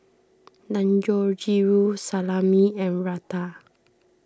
Dangojiru Salami and Raita